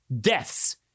deaths